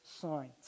signs